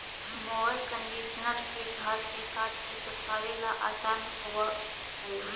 mower conditioner के घास के काट के सुखावे ला आसान होवऽ हई